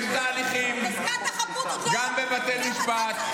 יש תהליכים, גם בבתי משפט.